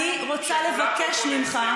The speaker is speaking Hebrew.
אני רוצה לבקש ממך,